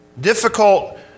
difficult